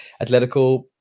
Atletico